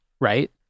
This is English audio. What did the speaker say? right